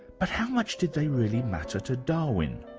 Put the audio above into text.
but how much did they really matter to darwin?